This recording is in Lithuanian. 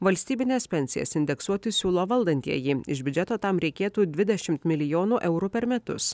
valstybines pensijas indeksuoti siūlo valdantieji iš biudžeto tam reikėtų dvidešimt milijonų eurų per metus